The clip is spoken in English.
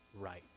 right